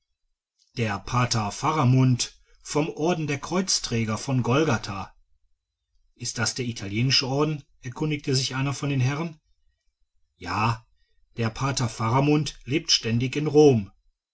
der pater faramund vom orden der kreuzträger von golgatha ist das der italienische orden erkundigte sich einer von den herren ja der pater faramund lebt ständig in rom